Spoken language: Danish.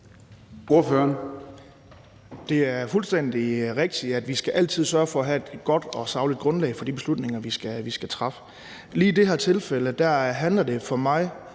Det er fuldstændig rigtigt, at vi altid skal sørge for at have et godt og sagligt grundlag for de beslutninger, vi skal træffe. Lige i det her tilfælde er det